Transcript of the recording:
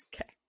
Okay